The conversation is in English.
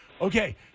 Okay